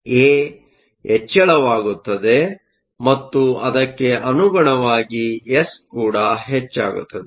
ಆದ್ದರಿಂದ ಎ ಹೆಚ್ಚಳವಾಗುತ್ತದೆ ಮತ್ತು ಅದಕ್ಕೆ ಅನುಗುಣವಾಗಿ ಎಸ್ ಕೂಡ ಹೆಚ್ಚಾಗುತ್ತದೆ